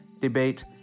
debate